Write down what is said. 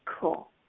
Cool